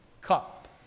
Cup